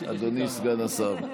אדוני סגן השר.